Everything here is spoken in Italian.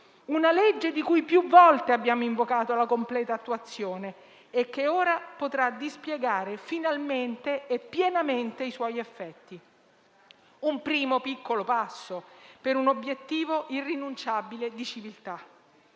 tale legge più volte abbiamo invocato la completa attuazione e ora potrà dispiegare finalmente e pienamente i suoi effetti. È un primo, piccolo passo per un obiettivo irrinunciabile di civiltà.